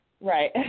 Right